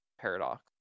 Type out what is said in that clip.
Paradox